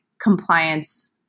compliance